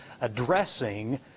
addressing